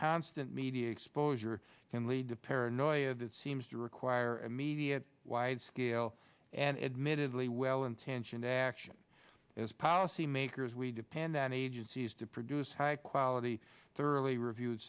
constant media exposure can lead to paranoia that seems to require immediate wide scale and admittedly well intentioned action as policy makers we depend on agencies to produce high quality thoroughly review